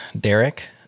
Derek